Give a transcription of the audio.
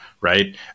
right